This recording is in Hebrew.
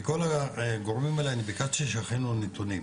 מכל הגורמים האלה אני ביקשתי שיכינו נתונים,